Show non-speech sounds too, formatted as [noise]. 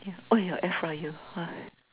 ya oh yeah air fryer [noise]